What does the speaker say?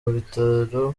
bitaro